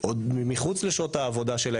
עוד מחוץ לשעות העבודה שלה,